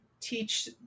teach